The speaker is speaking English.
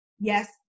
Yes